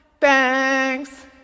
Thanks